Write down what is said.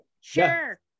Sure